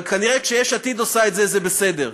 אבל כנראה כשיש עתיד עושה את זה זה בסדר.